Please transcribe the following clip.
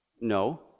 No